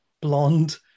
blonde